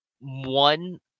one